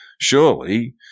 surely